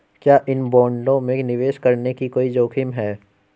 क्या इन बॉन्डों में निवेश करने में कोई जोखिम है?